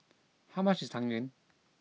how much is Tang Yuen